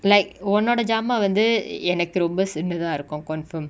like ஒன்னோட சாமா வந்து எனக்கு ரொம்ப சின்னதா இருக்கு:onnoda saama vanthu enaku romba sinnatha iruku confirm